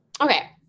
Okay